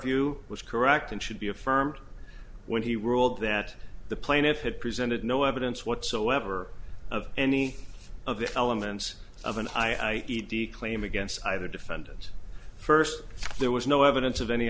view was correct and should be affirmed when he ruled that the plaintiff had presented no evidence whatsoever of any of the elements of an i e d claim against either defendant first there was no evidence of any